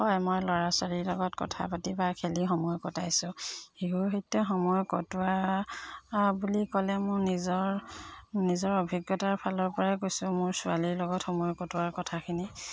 হয় মই ল'ৰা ছোৱালীৰ লগত কথা পাতি বা খেলি সময় কটাইছোঁ শিশুৰ সৈতে সময় কটোৱা বুলি ক'লে মোৰ নিজৰ নিজৰ অভিজ্ঞতাৰ ফালৰপৰাই কৈছোঁ মোৰ ছোৱালীৰ লগত সময় কটোৱা কথাখিনি